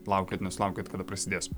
laukiat nesulaukiat kada prasidės